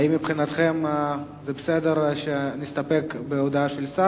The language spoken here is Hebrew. האם מבחינתכם זה בסדר שנסתפק בהודעת השר